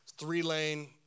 three-lane